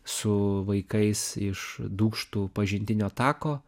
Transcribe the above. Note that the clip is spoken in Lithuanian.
su vaikais iš dūkštų pažintinio tako